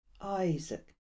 Isaac